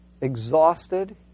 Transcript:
exhausted